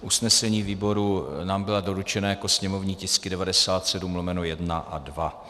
Usnesení výborů nám byla doručena jako sněmovní tisky 97/1 a 2.